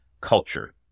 culture